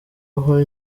aho